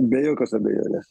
be jokios abejonės